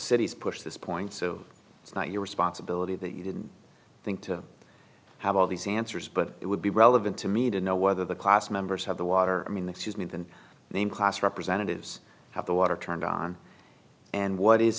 city's pushed this point so it's not your responsibility that you didn't think to have all these answers but it would be relevant to me to know whether the class members have the water i mean this is me then name class representatives have the water turned on and what is